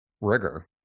rigor